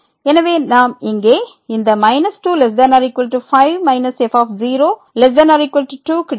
எனவே நாம் இங்கே இந்த 2≤5 f0≤2 கிடைத்தது